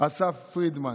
אסף פרידמן.